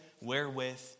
wherewith